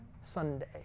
Sunday